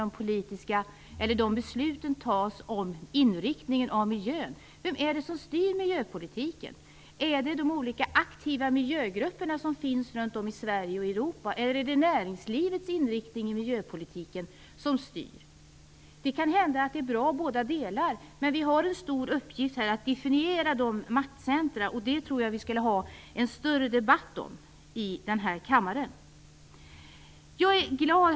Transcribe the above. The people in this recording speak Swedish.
Var fattas i dag besluten om inriktningen av miljöfrågorna? Vem är det som styr miljöpolitiken? Är det de olika aktiva miljögrupperna som finns runt om i Sverige och i Europa? Eller är det näringslivets inriktning som styr miljöpolitiken? Det kan hända att båda delarna är bra, men vi har en stor uppgift att definiera olika maktcentrum, och det tror jag att vi borde ha en större debatt om i den här kammaren. Herr talman!